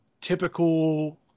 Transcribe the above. typical